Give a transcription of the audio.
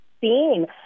seen